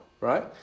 Right